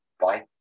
bye